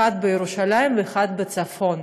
אחד בירושלים ואחד בצפון.